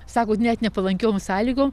sakot net nepalankiom sąlygom